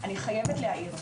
אני חייבת להעיר,